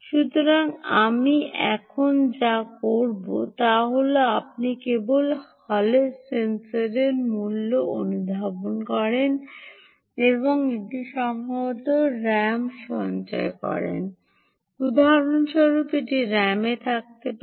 সুতরাং আপনি এখন যা করেন তা হল আপনি কেবল হলের সেন্সরটির মূল্য অনুধাবন করেন এবং এটি সম্ভবত র্যামে সঞ্চয় করেন উদাহরণস্বরূপ এটি RAM থাকতে পারে